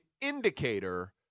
indicator